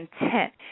intent